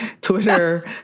Twitter